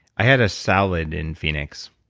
i had a salad in phoenix.